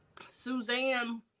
Suzanne